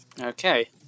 Okay